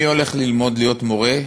מי הולך ללמוד להיות מורה,